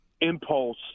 impulse